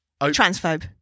Transphobe